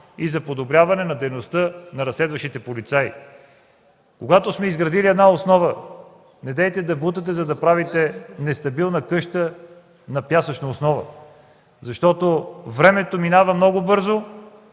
и за подобряване на дейността на разследващите полицаи. Когато сме изградили една основа, недейте да бутате, за да правите нестабилна къща на пясъчна основа, защото времето минава много бързо